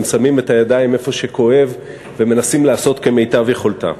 הם שמים את הידיים איפה שכואב ומנסים לעשות כמיטב יכולתם.